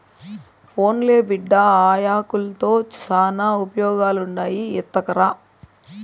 పోన్లే బిడ్డా, ఆ యాకుల్తో శానా ఉపయోగాలుండాయి ఎత్తకరా